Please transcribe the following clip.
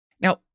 Now